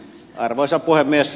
arvoisa puhemies